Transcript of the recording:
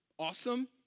awesome